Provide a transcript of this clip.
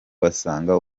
basanga